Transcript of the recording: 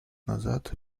назад